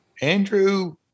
Andrew